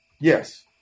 Yes